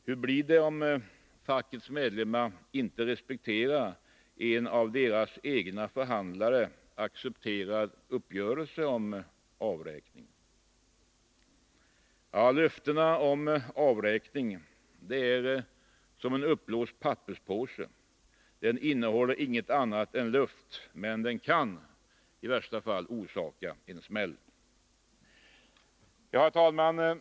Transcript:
Hur blir det om fackets medlemmar inte respekterar en av deras egna förhandlare accepterad uppgörelse om avräkning? Löftena om avräkning är som en uppblåst papperspåse — den innehåller ingenting annat än luft, men kan i värsta fall orsaka en smäll. Herr talman!